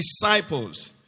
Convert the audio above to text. disciples